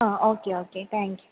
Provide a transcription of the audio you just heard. ആ okay okay thank you